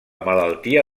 malaltia